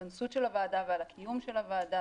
ההתכנסות של הוועדה ועל הקיום של הוועדה,